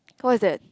what is that